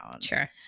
Sure